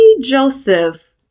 Joseph